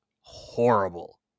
horrible